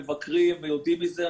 מבקרים ויודעים מזה.